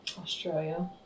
Australia